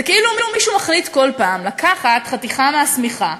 זה כאילו מישהו מחליט בכל פעם לקחת חתיכה מהשמיכה,